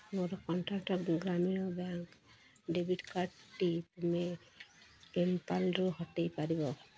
ମୋର ଗ୍ରାମୀଣ bank debit କାର୍ଡ଼ଟି ତୁମେ ପେପାଲ୍ରୁ ହଟାଇ ପାରିବ